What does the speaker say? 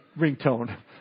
ringtone